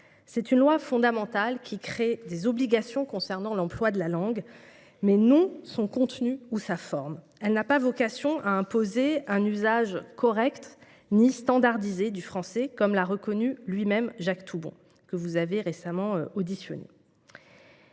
C’est une loi fondamentale, qui crée des obligations concernant l’emploi de la langue, mais non son contenu ou sa forme. Elle n’a pas vocation à imposer un usage correct ni standardisé du français, comme l’a reconnu lui même Jacques Toubon, que vous avez récemment auditionné.